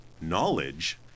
knowledge